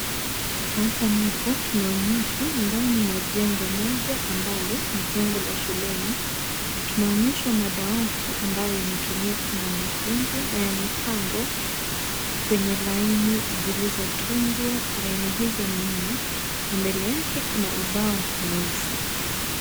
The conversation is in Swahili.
Hapa napo tunaoneshwa ndani mwa jengo moja ambalo ni jengo la shuleni, tunaonyeshwa madawati ambayo yanatumika na wanafunzi na yamepangwa kwenye laini zilizotungwa. Laini hizo ni nne na mbele yake kuna ubao mweusi.